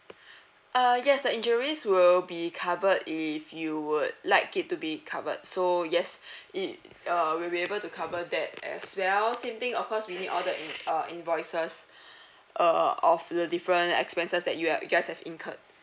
uh yes the injuries will be covered if you would like it to be covered so yes it err we'll be able to cover that as well same thing of course we need all the in~ err invoices uh of the different expenses that you are you guys have incurred